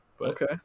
Okay